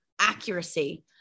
accuracy